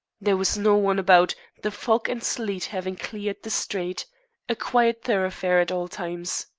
there was no one about, the fog and sleet having cleared the street a quiet thoroughfare at all times.